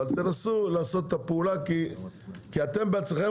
אבל תנסו לעשות את הפעולה כי אתם בעצמכם